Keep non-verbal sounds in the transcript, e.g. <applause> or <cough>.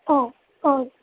<unintelligible>